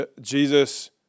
Jesus